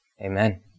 Amen